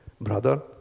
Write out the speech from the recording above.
brother